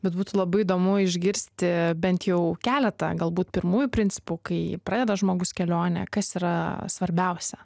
bet būtų labai įdomu išgirsti bent jau keletą galbūt pirmųjų principų kai pradeda žmogus kelionę kas yra svarbiausia